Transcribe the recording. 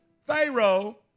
Pharaoh